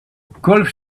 golf